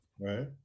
right